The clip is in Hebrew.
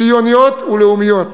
ציוניות ולאומיות,